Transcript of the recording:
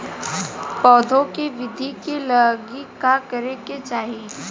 पौधों की वृद्धि के लागी का करे के चाहीं?